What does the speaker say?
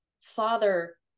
father